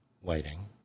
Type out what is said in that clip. waiting